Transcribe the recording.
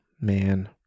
man